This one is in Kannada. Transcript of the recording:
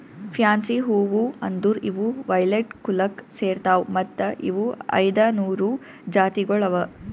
ಫ್ಯಾನ್ಸಿ ಹೂವು ಅಂದುರ್ ಇವು ವೈಲೆಟ್ ಕುಲಕ್ ಸೇರ್ತಾವ್ ಮತ್ತ ಇವು ಐದ ನೂರು ಜಾತಿಗೊಳ್ ಅವಾ